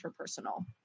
interpersonal